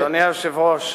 אדוני היושב-ראש,